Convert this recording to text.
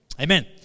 Amen